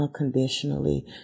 unconditionally